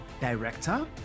director